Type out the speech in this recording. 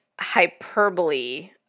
hyperbole